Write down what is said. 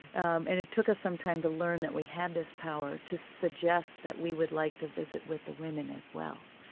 um and it took us some time to learn that we had this power, to suggest that we would like to visit with the women as well.